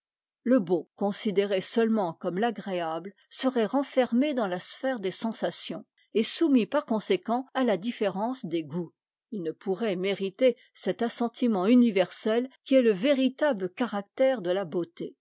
le beau considéré seulement comme l'agréable serait renfermé dans la sphère des sensations et soumis par conséquent à la différence des goûts il ne pourrait mériter cet assentiment universel qui est te véritable caractère de la beauté